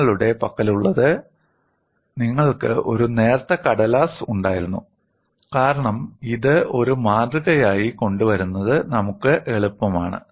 നിങ്ങളുടെ പക്കലുള്ളത് നിങ്ങൾക്ക് ഒരു നേർത്ത കടലാസ് ഉണ്ടായിരുന്നു കാരണം ഇത് ഒരു മാതൃകയായി കൊണ്ടുവരുന്നത് നമുക്ക് എളുപ്പമാണ്